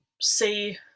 see